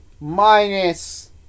Minus